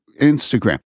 Instagram